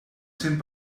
cent